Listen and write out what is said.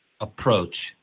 approach